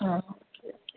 ആ okay okay